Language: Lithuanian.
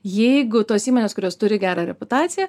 jeigu tos įmonės kurios turi gerą reputaciją